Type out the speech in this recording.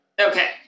Okay